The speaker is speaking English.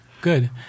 Good